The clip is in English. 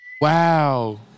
Wow